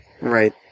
Right